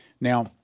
Now